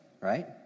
right